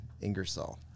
Ingersoll